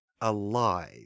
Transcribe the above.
alive